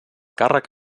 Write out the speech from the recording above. càrrec